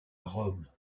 rome